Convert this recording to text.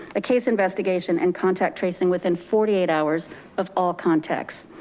a case investigation and contact tracing within forty eight hours of all contexts.